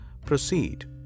proceed